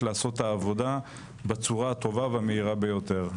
לעשות את העבודה בצורה הטובה והמהירה ביותר.